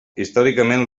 històricament